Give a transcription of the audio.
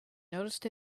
noticed